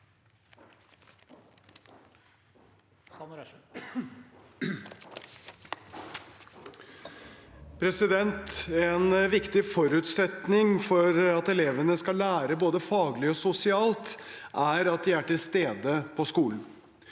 En viktig forutset- ning for at elevene skal lære både faglig og sosialt, er at de er til stede på skolen.